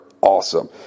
awesome